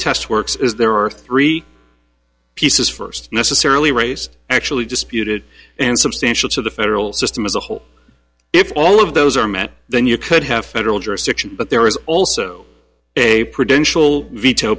test works is there are three pieces first necessarily race actually disputed and substantial to the federal system as a whole if all of those are met then you could have federal jurisdiction but there is also a credential veto